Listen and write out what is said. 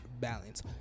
balance